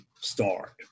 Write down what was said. start